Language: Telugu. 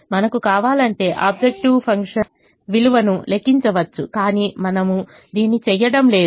మనకు కావాలంటే ఆబ్జెక్టివ్ ఫంక్షన్ విలువను లెక్కించవచ్చు కాని మనము దీన్ని చేయడం లేదు